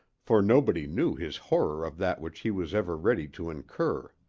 for nobody knew his horror of that which he was ever ready to incur.